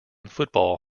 football